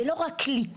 זה לא רק קליטה,